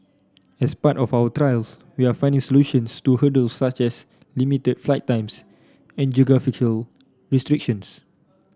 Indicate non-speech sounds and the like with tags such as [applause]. as part of our trials we are finding solutions to hurdles such as limited flight times and [unintelligible] restrictions